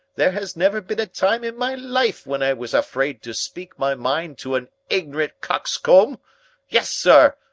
there has never been a time in my life when i was afraid to speak my mind to an ignorant coxcomb yes, sir,